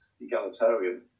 egalitarian